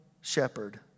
shepherd